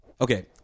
okay